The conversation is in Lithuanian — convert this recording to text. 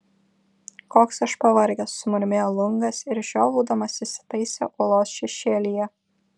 koks aš pavargęs sumurmėjo lungas ir žiovaudamas įsitaisė uolos šešėlyje